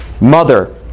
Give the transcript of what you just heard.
mother